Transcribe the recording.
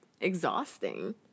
exhausting